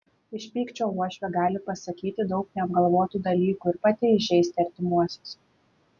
iš pykčio uošvė gali pasakyti daug neapgalvotų dalykų ir pati įžeisti artimuosius